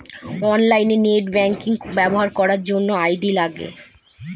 online net banking ব্যবহার করার জন্য আই.ডি লাগে